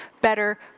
better